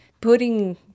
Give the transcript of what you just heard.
putting